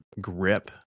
grip